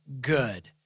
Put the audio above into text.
good